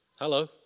Hello